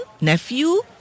nephew